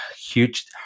huge